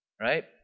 right